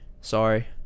Sorry